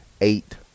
eight –